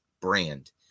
brand